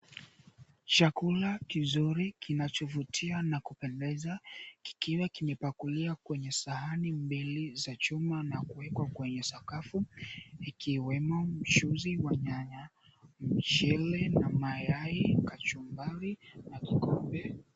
Chakula kizuri kinachovutia na kupendeza kikiwa kimepakulia kwenye sahani mbili za chuma na kuwekwa kwenye sakafu ikiwemo mchuuzi wa nyanya, mchele na mayai, kachumbari na kikombe.